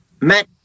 Matt